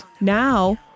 Now